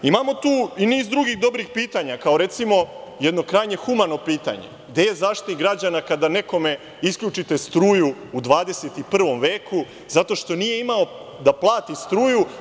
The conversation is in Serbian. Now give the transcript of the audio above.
Imamo tu i niz drugih dobrih pitanja, kao recimo jedno krajnje humano pitanje – gde je Zaštitnik građana kada nekome isključite struju u 21. veku zato što nije imao da plati struju?